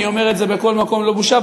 אני אומר את זה בכל מקום, לא בושה.